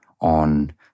on